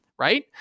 Right